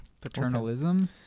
Paternalism